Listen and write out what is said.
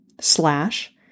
slash